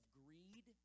greed